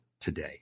today